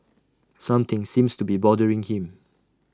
something seems to be bothering him